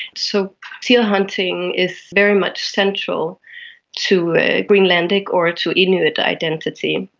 so seal hunting is very much central to a greenlandic or to inuit identity.